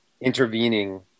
intervening